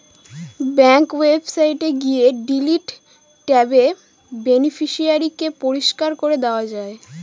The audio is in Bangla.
ব্যাঙ্ক ওয়েবসাইটে গিয়ে ডিলিট ট্যাবে বেনিফিশিয়ারি কে পরিষ্কার করে দেওয়া যায়